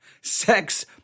sex